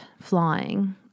flying